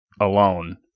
alone